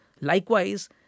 Likewise